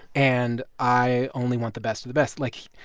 and i only want the best of the best. like,